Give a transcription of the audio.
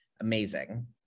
Amazing